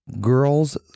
Girls